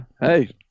hey